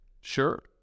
Sure